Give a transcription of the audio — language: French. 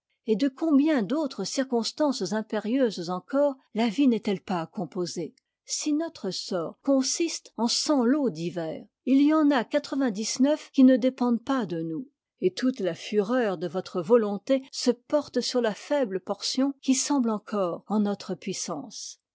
et de combien d'autres circonstances impérieuses encore la vie n'est-elle pas composée si notre sort consiste en cent lots divers il y en a quatre-vingt-dix-neuf qui ne dépendent pas de nous et toute la fureur de notre volonté se porte sur la faible portion qui semble encore en notre puissance